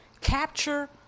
Capture